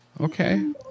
Okay